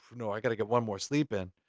know, i gotta get one more sleep in.